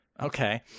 Okay